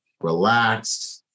relaxed